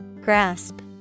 Grasp